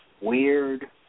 weird